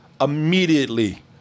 immediately